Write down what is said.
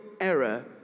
error